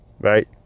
right